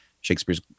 Shakespeare's